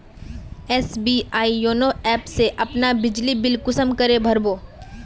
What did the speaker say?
SBI YONO app से अपना बिजली बिल कुंसम करे भर बो?